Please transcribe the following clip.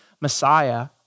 Messiah